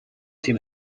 تیم